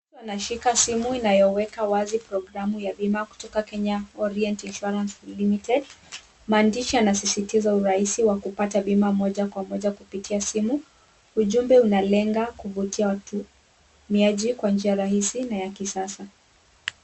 Mtu anashika simu inayoweka wazi programu ya bima kutoka Kenya Orient Insurance Limited. Maandishi yanasisitiza urahisi wa kupata bima moja kwa moja kupitia simu. Ujumbe unalenga kuvutia watumiaji kwa njia rahisi na ya kisasa.